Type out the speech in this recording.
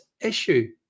issue